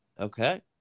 Okay